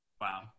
Wow